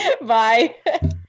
Bye